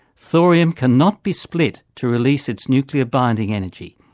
thorium cannot be split to release its nuclear binding energy.